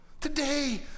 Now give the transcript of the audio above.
today